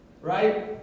Right